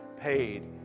paid